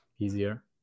Easier